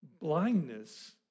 blindness